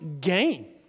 gain